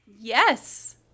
Yes